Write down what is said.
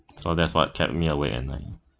so that's what kept me awake at night